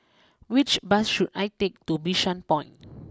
which bus should I take to Bishan Point